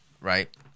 right